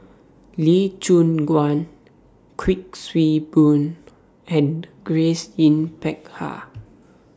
Lee Choon Guan Kuik Swee Boon and Grace Yin Peck Ha